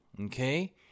okay